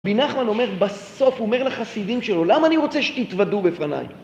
רבי נחמן אומר בסוף, אומר לחסידים שלו, למה אני רוצה שתתוודו בפניי?